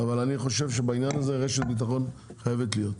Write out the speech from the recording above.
אבל אני חושב שבעניין הזה רשת ביטחון חייבת להיות.